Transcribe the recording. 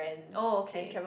oh okay